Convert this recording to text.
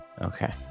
Okay